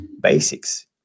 basics